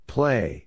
Play